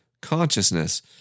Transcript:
consciousness